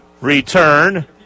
return